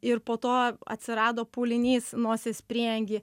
ir po to atsirado pūlinys nosies prieangy